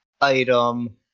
item